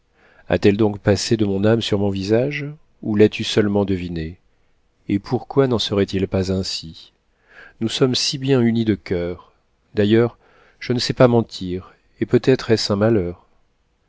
a-t-elle donc passé de mon âme sur mon visage ou l'as-tu seulement devinée et pourquoi n'en serait-il pas ainsi nous sommes si bien unis de coeur d'ailleurs je ne sais pas mentir et peut-être est-ce un malheur